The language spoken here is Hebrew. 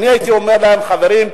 אני הייתי אומר להם: חברים,